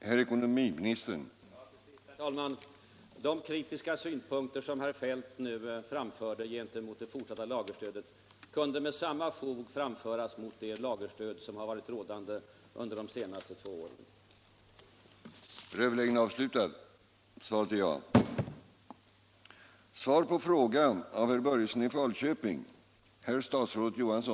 Herr talman! Till sist vill jag bara säga, herr talman, att de kritiska synpunkter som herr Feldt nu framförde gentemot det fortsatta lagerstödet med samma fog kunde anföras mot det lagerstöd som företagen haft under de senaste två åren. Om fortsatt statligt stöd till industrins lagerhållning Om säkerhetsanordningarna vid kärnkraftverken 10